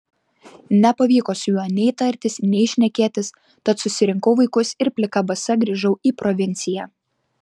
nepavyko su juo nei tartis nei šnekėtis tad susirinkau vaikus ir plika basa grįžau į provinciją